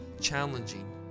challenging